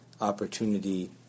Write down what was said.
opportunity